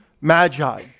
magi